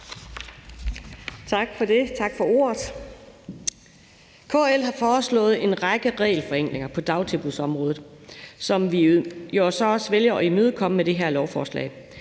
Tak for ordet. KL har foreslået en række regelforenklinger på dagtilbudsområdet, som vi så også vælger at imødekomme med det her lovforslag.